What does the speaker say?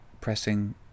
pressing